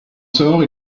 sort